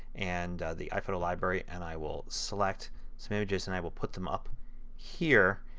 and the iphoto library, and i will select some images and i will put them up here.